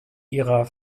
ihrer